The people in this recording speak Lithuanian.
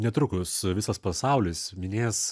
netrukus visas pasaulis minės